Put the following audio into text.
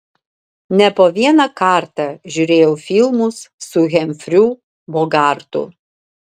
ne po vieną kartą žiūrėjau filmus su hemfriu bogartu